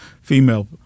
female